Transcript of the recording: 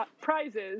prizes